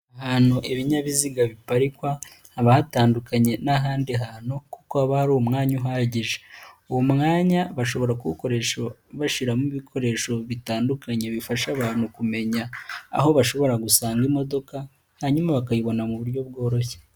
Ahantu ibinyabiziga biparikwa habahatandukanye n'ahandi hantu kuko haba hari umwanya uhagije, uwo mwanya bashobora kuwukoresha bashyiramo ibikoresho bitandukanye bifasha abantu kumenya aho bashobora gusanga imodoka hanyuma bakayibona mu buryo bworoshye.